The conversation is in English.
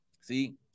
See